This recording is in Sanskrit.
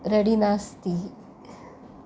रेडि नास्ति